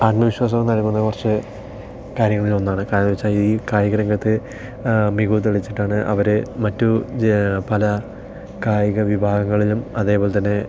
ആത്മവിശ്വാസവും നൽകുന്ന കുറച്ച് കാര്യങ്ങളിലൊന്നാണ് കാരണമെന്നു വെച്ചാൽ ഈ കായിക രംഗത്ത് മികവ് തെളിയിച്ചിട്ടാണ് അവര് മറ്റ് പല കായിക വിഭാഗങ്ങളിലും അതേപോലെത്തന്നെ